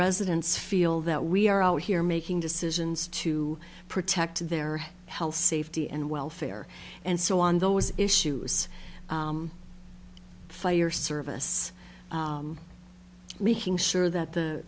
residents feel that we are out here making decisions to protect their health safety and welfare and so on those issues fire service making sure that the